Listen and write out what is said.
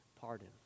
pardon